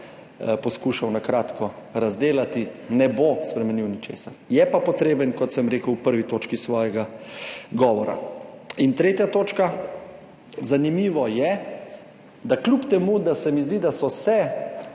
poskušal na kratko razdelati, ne bo spremenil ničesar, je pa potreben, kot sem rekel v prvi točki svojega govora. In tretja točka. Zanimivo je, da kljub temu, da se mi zdi, da so se